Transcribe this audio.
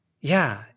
Yeah